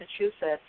Massachusetts